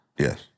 Yes